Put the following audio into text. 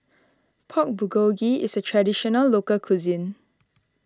Pork Bulgogi is a Traditional Local Cuisine